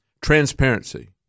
transparency